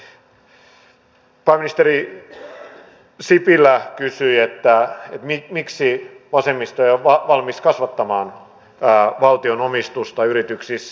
pääministeri sipilä kysyi miksi vasemmisto ei ole valmis kasvattamaan valtion omistusta yrityksissä